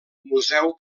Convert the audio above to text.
museu